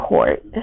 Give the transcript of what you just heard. Court